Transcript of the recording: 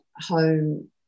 home